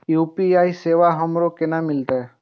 UPI सेवा हमरो केना मिलते?